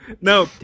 No